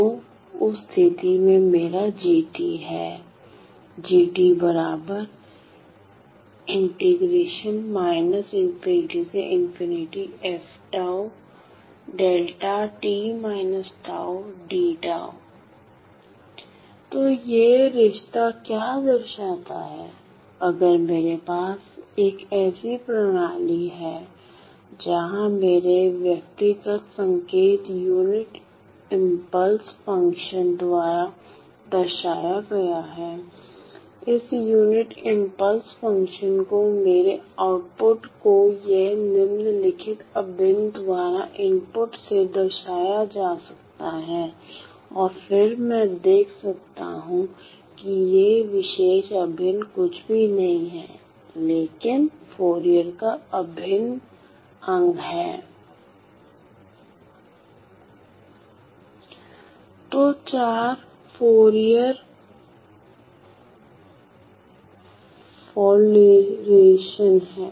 तो उस स्थिति में मेरा g है तो यह रिश्ता क्या दर्शाता है अगर मेरे पास एक ऐसी प्रणाली है जहाँ मेरे व्यक्तिगत संकेत यूनिट इंपल्स फंक्शन द्वारा दर्शाया गया हैं इन यूनिट इंपल्स फंक्शन को मेरे आउटपुट को यह निम्नलिखित अभिन्न द्वारा इनपुट से दर्शाया जा सकता हैऔर फिर मैं देख सकता हूं कि यह विशेष अभिन्न कुछ भी नहीं है लेकिन फूरियर का अभिन्न अंग है तो फूरियर फाउलरेशन है